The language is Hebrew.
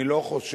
אני לא חושב